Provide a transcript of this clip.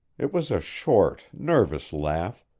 it was a short, nervous laugh,